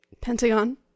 Pentagon